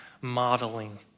modeling